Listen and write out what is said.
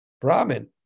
Brahmin